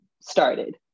started